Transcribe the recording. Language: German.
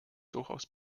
durchaus